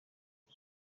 izi